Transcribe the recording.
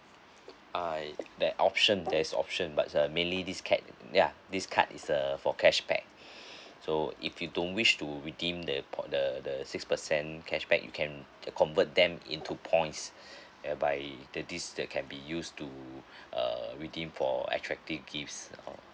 uh that option there's option but uh mainly this cat ya this card is err for cashback so if you don't wish to redeem the poi~ the the six percent cashback you can convert them into points uh by the this that can be used to uh redeem for attractive gifts uh